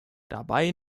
dabei